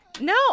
No